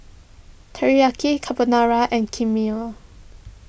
Teriyaki Carbonara and Kheema